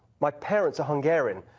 my parents are hungarian.